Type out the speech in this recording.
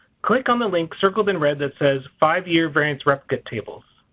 click on the link circled in red that says five year variance replicate tables.